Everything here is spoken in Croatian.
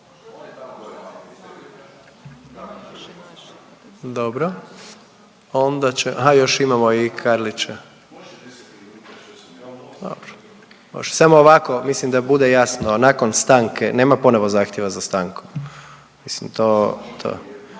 će, aha još imamo i Karlića, dobro, može. Samo ovako, mislim da bude jasno, nakon stanke nema ponovo zahtjeva za stankom, mislim to,